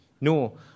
no